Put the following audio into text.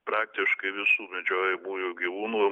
praktiškai visų medžiojamųjų gyvūnų